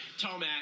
Tomac